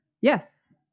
Yes